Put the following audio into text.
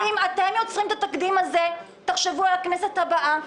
אין לי ספק שאנחנו נצטרך לתת דין וחשבון לבוחרים שלנו,